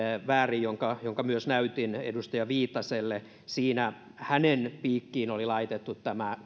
väärin minkä myös näytin edustaja viitaselle siinä hänen piikkiinsä oli laitettu tämä